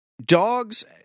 Dogs